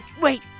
Wait